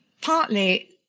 partly